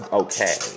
okay